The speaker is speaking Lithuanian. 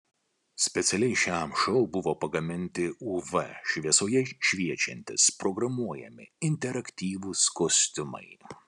specialiai šiam šou buvo pagaminti uv šviesoje šviečiantys programuojami interaktyvūs kostiumai